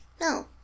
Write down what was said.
No